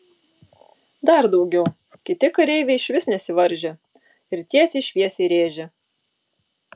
dar daugiau kiti kareiviai išvis nesivaržė ir tiesiai šviesiai rėžė